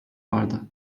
vardı